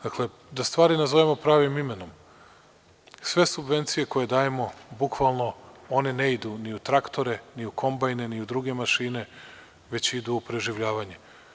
Dakle, da stvari nazovemo pravim imenom, sve subvencije koje dajemo bukvalno, one ne idu ni u traktore, ni u kombajne, ni u druge mašine, već idu u preživljavanje.